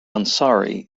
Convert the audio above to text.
ansari